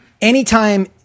anytime